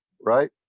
right